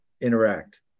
interact